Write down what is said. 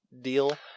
deal